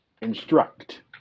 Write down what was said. instruct